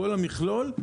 כל המכלול,